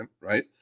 right